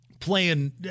playing